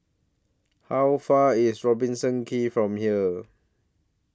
How Far IS Robertson Quay from here